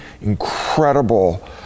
incredible